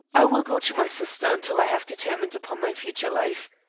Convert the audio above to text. i will go to my sister until i have determined upon my future life.